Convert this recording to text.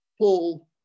Paul